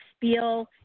feel